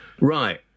Right